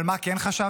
אבל מה כן חשבתי?